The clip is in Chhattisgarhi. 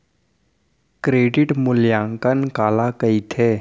क्रेडिट मूल्यांकन काला कहिथे?